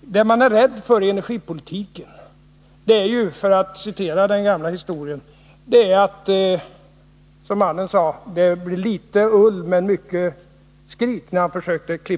Det som man är rädd för beträffande energipolitiken är ju att det skall bli som i den gamla historien om mannen som försökte klippa grisen: mycket skrik men litet ull.